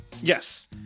Yes